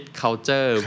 culture